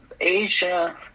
Asia